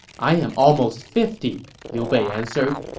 i am almost fifty, liu bei answered.